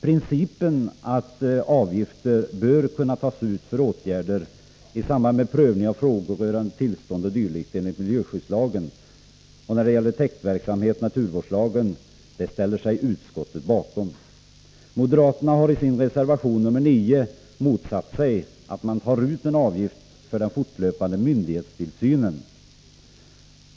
Principen att avgifter bör kunna tas ut för åtgärder i samband med prövning av frågor rörande tillstånd o. d. enligt miljöskyddslagen och när det gäller täktverksamhet ställer sig utskottet bakom. Moderaterna har i sin reservation nr 9 motsatt sig att man tar ut en avgift för den fortlöpande myndighetstillsynen.